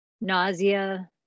nausea